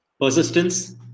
Persistence